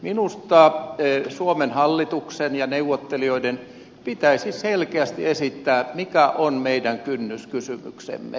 minusta suomen hallituksen ja neuvottelijoiden pitäisi selkeästi esittää mikä on meidän kynnyskysymyksemme